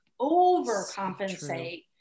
overcompensate